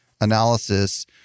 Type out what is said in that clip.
analysis